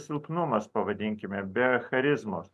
silpnumas pavadinkime be charizmos